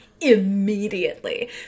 immediately